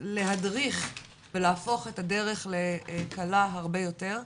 להדריך ולהפוך את הדרך לקלה הרבה יותר.